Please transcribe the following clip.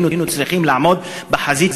היינו צריכים לעמוד בחזית,